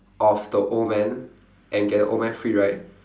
off the old man and get the old man free right